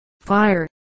fire